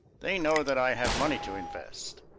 they know that i have money to invest.